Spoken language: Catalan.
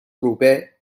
proper